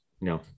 No